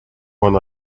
one